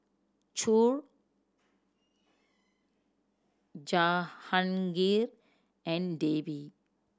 Choor Jahangir and Devi